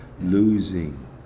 losing